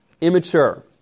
immature